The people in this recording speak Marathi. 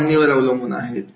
संघबांधणीवर अवलंबून आहेत